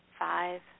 Five